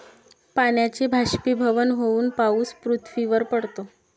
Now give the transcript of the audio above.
पाण्याचे बाष्पीभवन होऊन पाऊस पृथ्वीवर पडतो